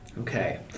Okay